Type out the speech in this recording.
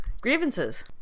Grievances